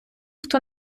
хто